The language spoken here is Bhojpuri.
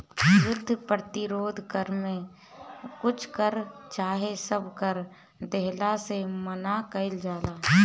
युद्ध प्रतिरोध कर में कुछ कर चाहे सब कर देहला से मना कईल जाला